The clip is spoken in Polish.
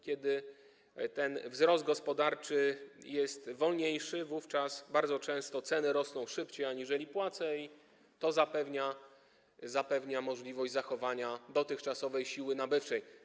Kiedy wzrost gospodarczy jest wolniejszy, wówczas bardzo często ceny rosną szybciej aniżeli płace i to zapewnia możliwość zachowania dotychczasowej siły nabywczej.